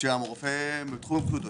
במקום.